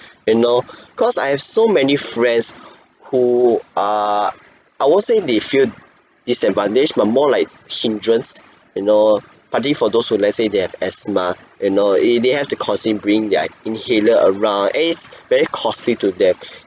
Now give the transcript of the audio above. you know cause I have so many friends who are I won't say they feel disadvantaged but more like hindrance you know partly for those who let's say they have asthma you know eh they have to constantly bring their inhaler around and it's very costly to them